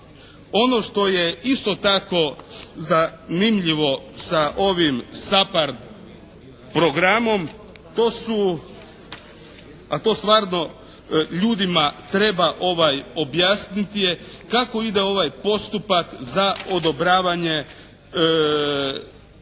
Ono što je isto tako zanimljivo sa ovim SAPARD programom to su, a to stvarno ljudima treba objasniti, je kako ide ovaj postupak za odobravanje,